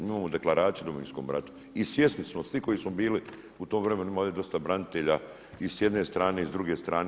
Mi imamo Deklaraciju o Domovinskom ratu i svjesni smo svi koji smo bili u tom vremenu, ima ovdje dosta branitelja i sa jedne strane i sa druge strane.